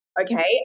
okay